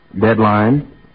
deadline